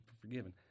forgiven